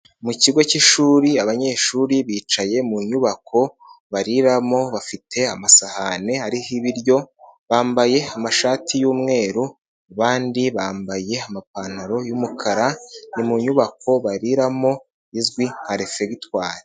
Mu kigo k'ishuri abanyeshuri bicaye mu nyubako bariramo bafite amasahani ariho ibiryo bambaye amashati y'umweru abandi bambaye amapantaro y'umukara, ni mu nyubako bariramo izwi nka refekitware.